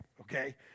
okay